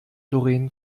doreen